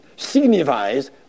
Signifies